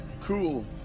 Cool